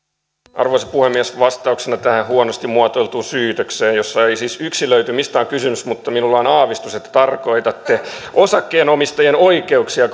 arvoisa puhemies vastauksena tähän huonosti muotoiltuun syytökseen jossa ei siis yksilöity mistä on kysymys mutta minulla on aavistus että tarkoitatte osakkeenomistajien oikeuksia